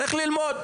צריך ללמוד.